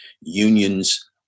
unions